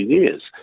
years